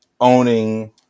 owning